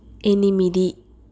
ఎనిమిది